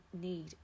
need